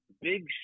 Big